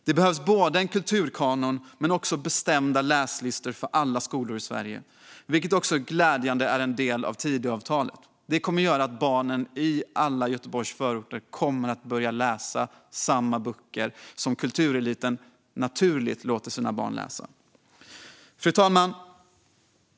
Det behövs både en kulturkanon och bestämda läslistor för alla skolor i Sverige, vilket också glädjande nog är en del av Tidöavtalet. Det kommer att göra att barnen i alla Göteborgs förorter börjar läsa samma böcker som kultureliten naturligt låter sina barn läsa. Fru talman!